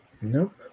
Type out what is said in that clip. Nope